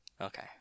Okay